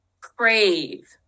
crave